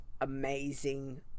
amazing